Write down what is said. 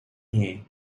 here